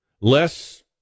less